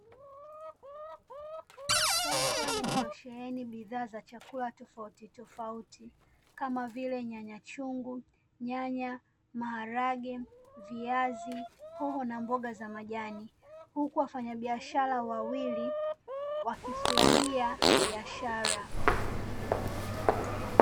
Soko lililosheheni bidhaa za vyakula tofauti tofauti kama vile nyanya chungu, nyanya, maharage, viazi, hoho na mboga za majani, huku wafanyabiashara wawili wakifurahia biashara.